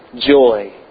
joy